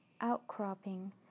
outcropping